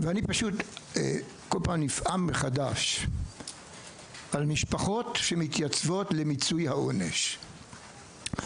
אני פשוט נפעם כל פעם מחדש ממשפחות שמתייצבות למיצוי העונש.